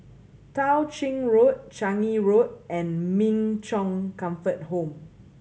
Tao Ching Road Changi Road and Min Chong Comfort Home